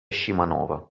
scimanova